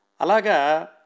Alaga